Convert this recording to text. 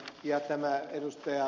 ja nämä ed